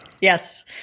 Yes